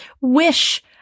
wish